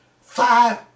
Five